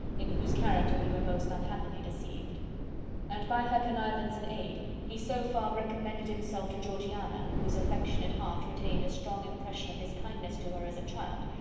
in whose character we were most unhappily deceived and by her connivance and aid, he so far recommended himself to georgiana, whose affectionate heart retained a strong impression of his kindness to her as a child,